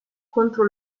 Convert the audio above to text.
contro